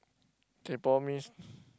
kaypoh means